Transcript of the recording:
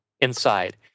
inside